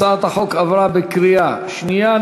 הצעת החוק עברה בקריאה שנייה.